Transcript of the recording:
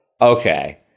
Okay